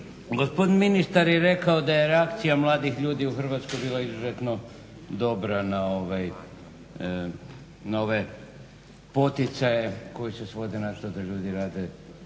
Gospodin ministar je rekao da je reakcija mladih ljudi u Hrvatskoj bilo izuzetno dobra na ove poticaje koji se svode na to da ljudi rade